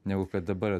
negu kad dabar